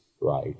right